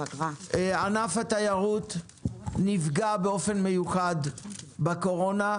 אני רוצה לסכם את הדיון.